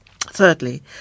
Thirdly